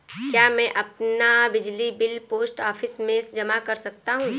क्या मैं अपना बिजली बिल पोस्ट ऑफिस में जमा कर सकता हूँ?